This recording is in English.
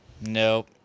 nope